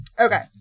Okay